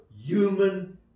human